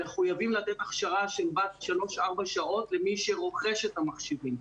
הם מחויבים לתת הכשרה בת שלוש-ארבע שעות למי שרוכש את המכשירים.